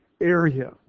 area